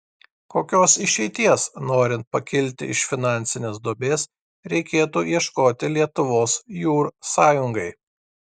kokios išeities norint pakilti iš finansinės duobės reikėtų ieškoti lietuvos jūr sąjungai